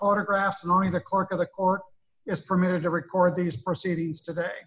autographs knowing the clerk of the court is permitted to record these proceedings today